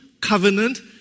Covenant